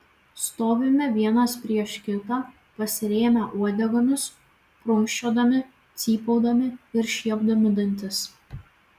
stovime vienas prieš kitą pasirėmę uodegomis prunkščiodami cypaudami ir šiepdami dantis